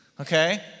okay